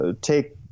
take